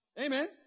Amen